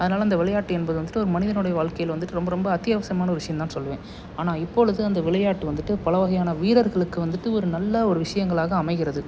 அதனால இந்த விளையாட்டு என்பது வந்துட்டு ஒரு மனிதனுடைய வாழ்க்கையில் வந்துட்டு ரொம்ப ரொம்ப அத்தியாவசிமான ஒரு விஷயம்தான் சொல்லுவேன் ஆனால் இப்பொழுது அந்த விளையாட்டு வந்துட்டு பல வகையான வீரர்களுக்கு வந்துட்டு ஒரு நல்ல ஒரு விஷயங்களாக அமைகிறது